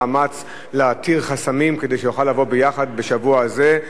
להתיר חסמים כדי שנוכל לבוא ביחד בשבוע הזה.